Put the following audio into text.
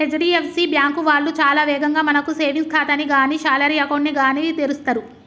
HDFC bank వాళ్ళు చాలా వేగంగా మనకు సేవింగ్స్ ఖాతాని గానీ శాలరీ అకౌంట్ ని గానీ తెరుస్తరు